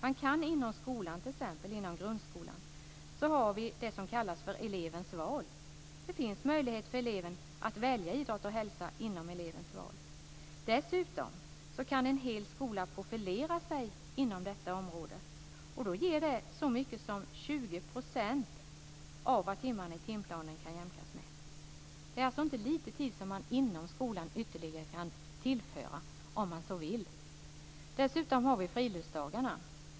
Inom grundskolan har vi t.ex. det som kallas elevens val. Det finns möjlighet för eleven att välja idrott och hälsa inom elevens val. Dessutom kan en hel skola profilera sig inom detta område. Då ger det så mycket som 20 % av vad timmarna i timplanen kan jämkas med. Det är alltså inte lite tid som man inom skolan ytterligare kan tillföra om man så vill. Dessutom har vi friluftsdagarna.